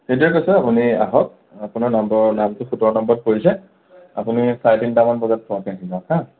সেইটোৱেই কৈছে আপুনি আহক আপোনাৰ নামটো নামটো সোতৰ নম্বৰত পৰিছে আপুনি চাৰে তিনিটামান বজাত পোৱাকৈ আহি যাওঁক হা